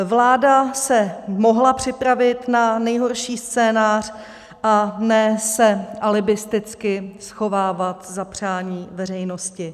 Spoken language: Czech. Vláda se mohla připravit na nejhorší scénář, a ne se alibisticky schovávat za přání veřejnosti.